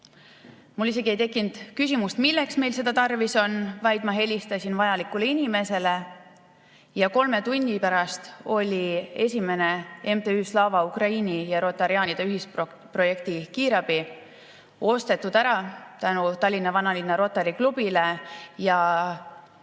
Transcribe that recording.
Mul isegi ei tekkinud küsimust, milleks meil seda tarvis on, vaid ma helistasin vajalikule inimesele ja kolme tunni pärast oli esimene MTÜ Slava Ukraini ja rotariaanide ühisprojekt, kiirabiauto, ostetud tänu Tallinna Vanalinna Rotary Klubile ja